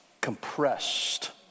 compressed